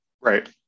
Right